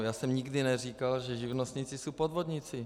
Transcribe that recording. Já jsem nikdy neříkal, že živnostníci jsou podvodníci.